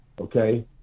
Okay